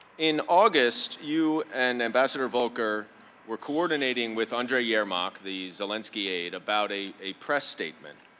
in august, you and ambassador volker were coordinating with andre yermach, the zelensky aide, about a a press statement.